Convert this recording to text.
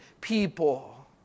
people